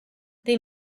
they